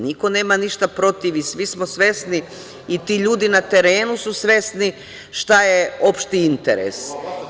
Niko nema ništa protiv i svi smo svesni, i ti ljudi na terenu su svesni, šta je opšti interes.